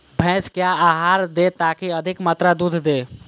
भैंस क्या आहार दे ताकि अधिक मात्रा दूध दे?